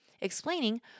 explaining